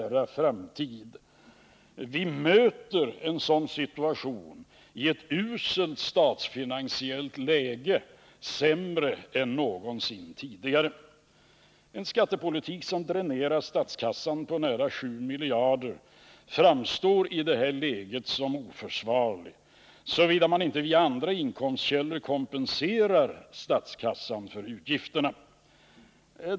Vi möter en sådan situation i ett uselt statsfinansiellt läge, sämre än någonsin tidigare. En skattepolitik som dränerar statskassan på nära 7 miljarder framstår i detta läge som oförsvarlig, såvida man inte via andra inkomstkällor kompenserar statskassan för utgifterna.